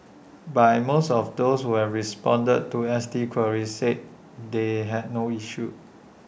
by most of those who responded to S T queries said they had no issue